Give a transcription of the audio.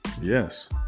Yes